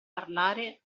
parlare